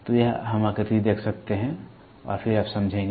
तो हम आकृति देख सकते हैं और फिर आप समझेंगे